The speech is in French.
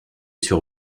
sur